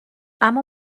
اما